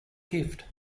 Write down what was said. gift